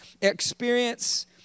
Experience